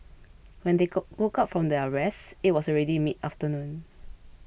when they go woke up from their rest it was already midafternoon